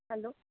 hello